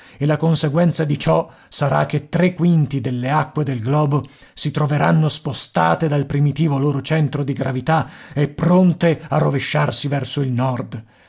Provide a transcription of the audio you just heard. e la conseguenza di ciò sarà che tre quinti delle acque del globo si troveranno spostate dal primitivo loro centro di gravità e pronte a rovesciarsi verso il nord